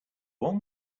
one